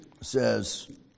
says